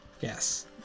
Yes